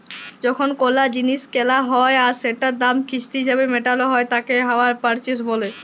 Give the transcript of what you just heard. যখন কোলো জিলিস কেলা হ্যয় আর সেটার দাম কিস্তি হিসেবে মেটালো হ্য়য় তাকে হাইয়ার পারচেস বলে